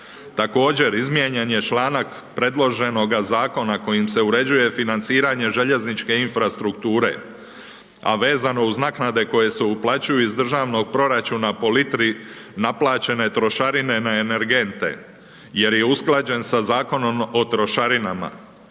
Također, izmijenjen je članak predloženoga zakona kojim se uređuje financiranje željezničke infrastrukture, a vezano uz naknade koje se uplaćuju iz državnog proračuna po litri naplaćene trošarine na energente jer je usklađen sa Zakonom o trošarinama.